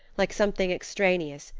like something extraneous,